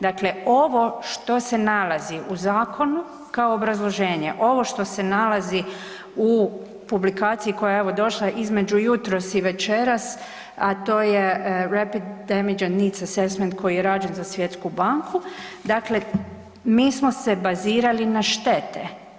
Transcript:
Dakle, ovo što se nalazi u zakonu kao obrazloženje, ovo što se nalazi u publikaciji koja je evo došla između jutros i večeras a to je Rapid emergency need assessment koji je rađen za Svjetsku banku, dakle mi smo se bazirali na štete.